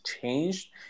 changed